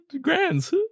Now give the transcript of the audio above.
Grands